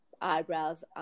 Eyebrows